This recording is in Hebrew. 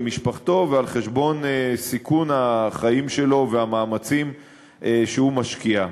משפחתו ועל חשבון סיכון החיים שלו והמאמצים שהוא משקיע.